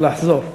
זה לחזור.